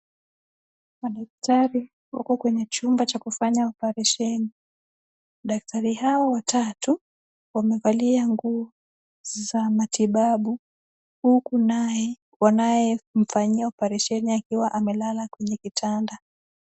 Madaktari wako kwenye chumba cha kufanya operesheni. Daktari hao watatu wamevalia nguo za matibabu. Huku naye wanayemfanyia operesheni akiwa amelala kwenye kitanda.